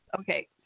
Okay